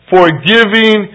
Forgiving